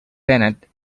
bennett